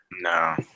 No